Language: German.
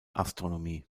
astronomie